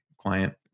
client